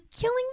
killing